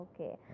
Okay